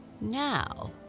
Now